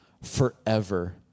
forever